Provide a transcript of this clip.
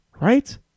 right